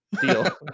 Deal